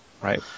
Right